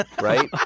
right